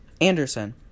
Anderson